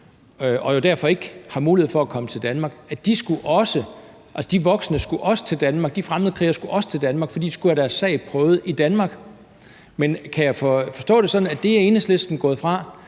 og derfor ikke har mulighed for at komme til Danmark, også skulle til Danmark, fordi de skulle have deres sag prøvet i Danmark. Men kan jeg forstå det sådan, at det er Enhedslisten gået væk